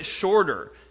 shorter